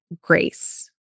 grace